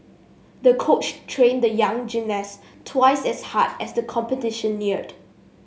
the coach trained the young gymnast twice as hard as the competition neared